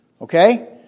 Okay